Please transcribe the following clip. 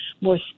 more